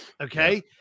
okay